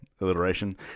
Alliteration